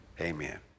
amen